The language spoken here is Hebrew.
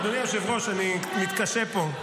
אדוני היושב-ראש, אני מתקשה פה.